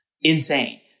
insane